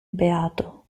beato